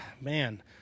man